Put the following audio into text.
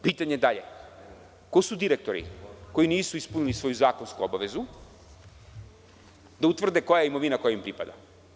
Pitanje dalje, ko su direktori koji nisu ispunili svoju zakonsku obavezu da utvrde koja je imovina koja im pripada?